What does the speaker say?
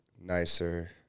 nicer